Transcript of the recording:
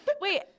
Wait